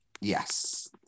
Yes